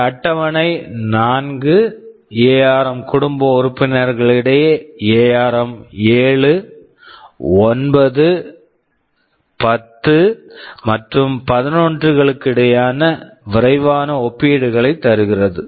இந்த அட்டவணை 4 ARM ARM குடும்ப உறுப்பினர்களிடையே எஆர்ம் ARM 7 9 10 மற்றும் 11 களுக்கிடையேயான விரைவான ஒப்பீடுகளைத் தருகிறது